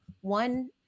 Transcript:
one